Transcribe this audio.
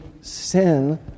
sin